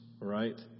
right